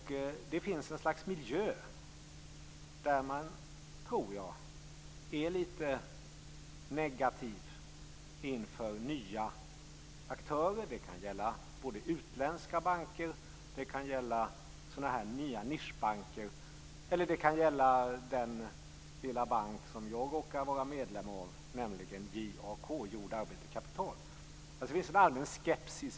Det finns också ett slags miljö, tror jag, där man är litet negativ till nya aktörer. Det kan gälla utländska banker, nya nischbanker eller den lilla bank som jag råkar vara medlem av, JAK - jord, arbete, kapital. Det finns en allmän skepsis.